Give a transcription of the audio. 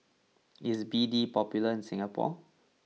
is B D popular in Singapore